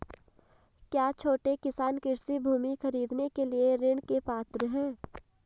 क्या छोटे किसान कृषि भूमि खरीदने के लिए ऋण के पात्र हैं?